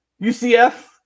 ucf